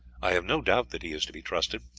i have no doubt that he is to be trusted,